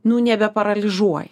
nu nebeparalyžiuoja